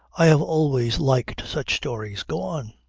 i have always liked such stories. go on.